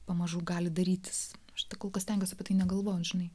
pamažu gali darytis už tai kol kas stengiuos apie tai negalvot žinai